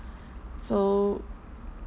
so